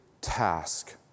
task